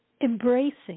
embracing